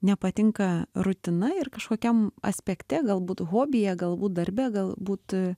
nepatinka rutina ir kažkokiam aspekte galbūt hobyje galbūt darbe galbūt